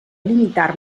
limitar